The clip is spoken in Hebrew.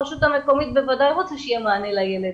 הרשות המקומית בוודאי רוצה שיהיה מענה לילד